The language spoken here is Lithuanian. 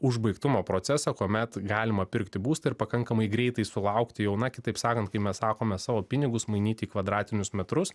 užbaigtumo procesą kuomet galima pirkti būstą ir pakankamai greitai sulaukti jau na kitaip sakant kai mes sakome savo pinigus mainyti į kvadratinius metrus